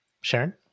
Sharon